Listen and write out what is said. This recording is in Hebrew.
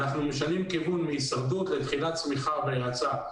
אנחנו משנים כיוון מהישרדות לתחילת צמיחה והאצה.